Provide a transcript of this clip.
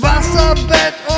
Wasserbett